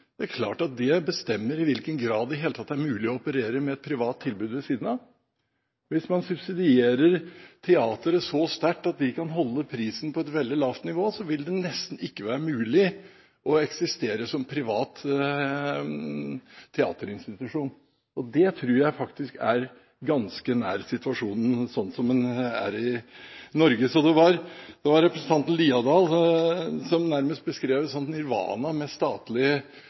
Det er klart at det bestemmer i hvilken grad det i det hele tatt er mulig å operere med et privat tilbud ved siden av. Hvis man subsidierer teatret så sterkt at de kan holde prisen på et veldig lavt nivå, vil det nesten ikke være mulig å eksistere som privat teaterinstitusjon. Det tror jeg faktisk er ganske nær situasjonen i Norge. Det var representanten Liadal, som nærmest beskrev et nirvana med statlige